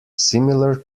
similar